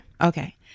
Okay